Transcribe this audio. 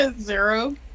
Zero